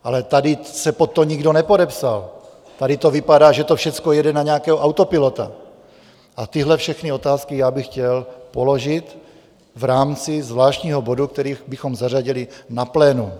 Ale tady se pod to nikdo nepodepsal, tady to vypadá, že to všechno jede na nějakého autopilota, a tyhle všechny otázky já bych chtěl položit v rámci zvláštního bodu, který bychom zařadili na plénu.